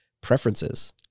preferences